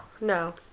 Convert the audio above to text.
No